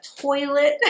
toilet